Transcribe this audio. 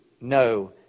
no